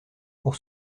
pour